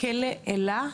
את אומרת כלא אלה?